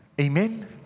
Amen